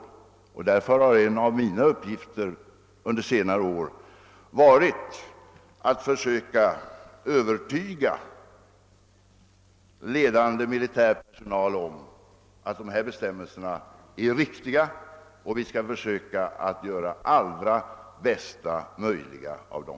Av den anledningen har en av mina uppgifter under de senare åren varit att försöka övertyga ledande militärpersonal om att dessa bestämmelser är riktiga och att vi bör försöka göra det bästa möjliga av dem.